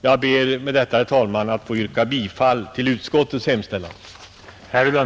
Jag ber med detta, herr talman, att få yrka bifall till utskottets hemställan.